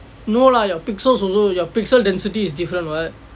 no lah your pixels also your pixel density is different what